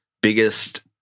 biggest